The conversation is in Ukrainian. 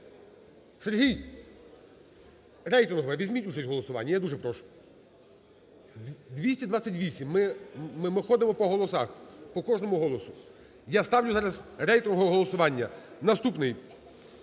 Сергій, рейтингове, візьміть участь у голосуванні, я дуже прошу. 228, ми ходимо по голосах, по кожному голосу. Я ставлю зараз рейтингове голосування. Наступний.